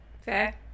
Fair